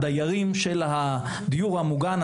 הדיירים של הדיור המוגן,